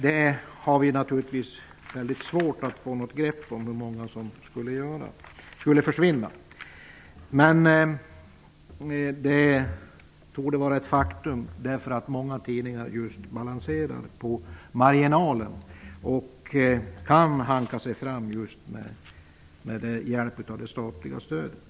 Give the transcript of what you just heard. Vi har naturligtvis mycket svårt att veta hur många tidningar som skulle försvinna, men det torde vara ett faktum att många skulle göra det därför att de har liten marginal och kan hanka sig fram just med hjälp av det statliga stödet.